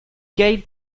gave